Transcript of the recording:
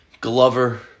Glover